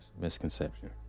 Misconception